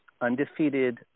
undefeated